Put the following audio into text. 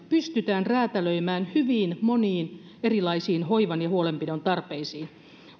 pystytään räätälöimään hyvin moniin erilaisiin hoivan ja huolenpidon tarpeisiin